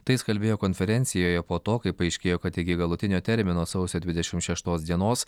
tai jis kalbėjo konferencijoje po to kai paaiškėjo kad iki galutinio termino sausio dvidešimt šeštos dienos